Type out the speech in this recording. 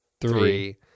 three